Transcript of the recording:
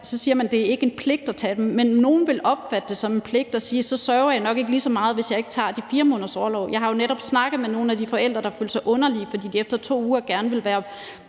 Så siger man, at det ikke er en pligt at tage den, men nogle vil opfatte det som en pligt og sige: Hvis jeg ikke tager de 4 måneders orlov, sørger jeg nok ikke lige så meget. Jeg har jo netop snakket med nogle af de forældre, der følte sig underlige, fordi de efter 2 uger gerne ville